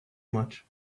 much